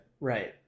Right